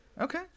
Okay